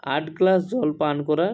আট গ্লাস জল পান করা